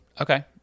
Okay